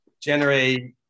generate